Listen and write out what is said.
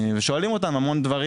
ושואלים אותם המון דברים.